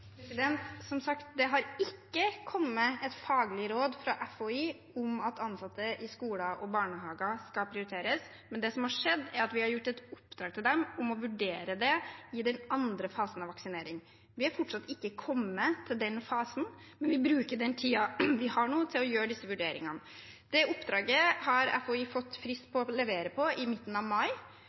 Som sagt har det ikke kommet et faglig råd fra FHI om at ansatte i skoler og barnehager skal prioriteres, men det som har skjedd, er at vi har gitt dem et oppdrag om å vurdere det i den andre fasen av vaksineringen. Vi har fortsatt ikke kommet til den fasen, men vi bruker den tiden vi har nå, til å gjøre disse vurderingene. Det oppdraget har FHI fått frist til å levere på til i midten av mai.